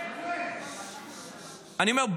--- אני אומר,